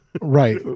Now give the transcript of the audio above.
right